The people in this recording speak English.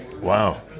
Wow